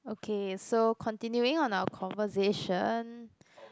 okay so continuing on our conversation